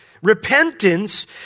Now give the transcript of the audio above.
repentance